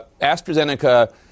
AstraZeneca